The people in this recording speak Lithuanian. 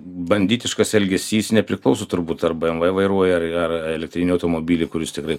banditiškas elgesys nepriklauso turbūt ar bmv vairuoji ar ar elektrinį automobilį kuris tikrai